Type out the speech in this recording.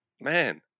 man